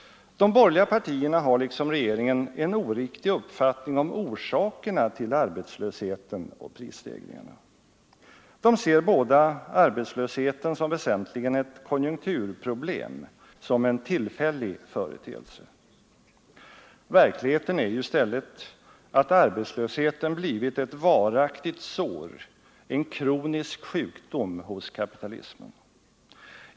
De borgerliga partierna har liksom regeringen en oriktig uppfattning om orsakerna till arbetslösheten och prisstegringarna. De ser båda arbetslösheten som väsentligen ett konjunkturproblem, som en tillfällig företeelse. Verkligheten är ju i stället att arbetslösheten blivit ett varaktigt sår, en kronisk sjukdom hos kapitalismen.